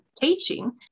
teaching